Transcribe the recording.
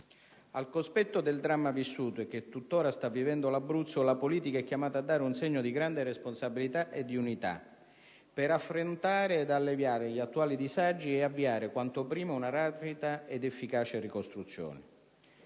Al cospetto del dramma vissuto e che tuttora sta vivendo l'Abruzzo, la politica è chiamata a dare un segno di grande responsabilità e di unità per affrontare ed alleviare gli attuali disagi e avviare, quanto prima, una rapida ed efficace ricostruzione.